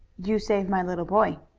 you save my little boy.